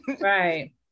right